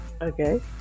Okay